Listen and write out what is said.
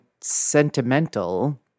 sentimental